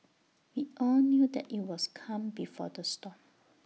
we all knew that IT was calm before the storm